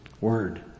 word